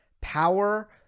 Power